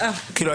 כלומר,